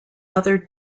other